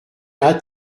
hâte